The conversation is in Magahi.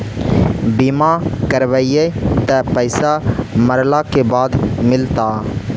बिमा करैबैय त पैसा मरला के बाद मिलता?